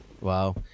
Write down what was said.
Wow